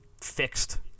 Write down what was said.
fixed